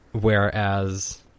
whereas